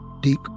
Deep